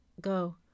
go